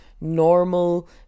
normal